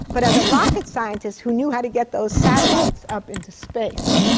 but as a rocket scientist who knew how to get those satellites up into space.